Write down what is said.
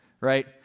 right